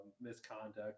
misconduct